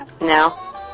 No